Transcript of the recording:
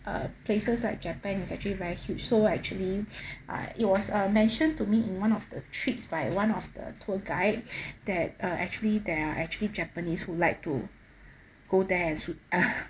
uh places like japan is actually very huge so actually uh it was uh mentioned to meet in one of the trips by one of the tour guide that uh actually there are actually japanese who like to go there and sui~ ah